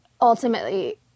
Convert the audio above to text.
ultimately